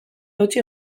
eutsi